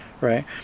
right